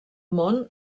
món